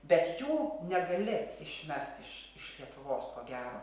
bet jų negali išmest iš iš lietuvos ko gero